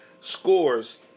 scores